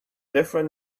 different